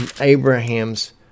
Abraham's